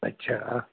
अच्छा